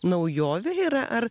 naujovė yra ar